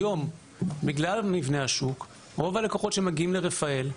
היום בגלל מבנה השוק רוב הלקוחות שמגיעים לרפאל,